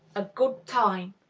a good time.